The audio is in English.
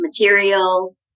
material